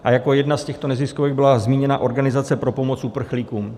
A jako jedna z těchto neziskovek byla zmíněna Organizace pro pomoc uprchlíkům.